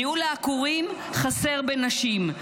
ניהול העקורים חסר בנשים,